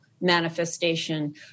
manifestation